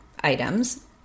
items